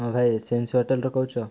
ହଁ ଭାଇ ହୋଟେଲ୍ରୁ କହୁଛ